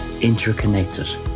interconnected